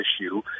issue